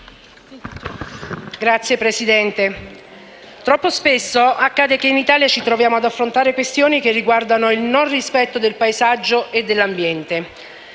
Signor Presidente, troppo spesso accade che in Italia ci troviamo ad affrontare questioni che riguardano il non rispetto del paesaggio e dell'ambiente,